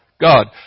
God